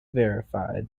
verified